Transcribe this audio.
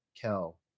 Kel